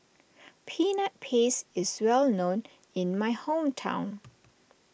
Peanut Paste is well known in my hometown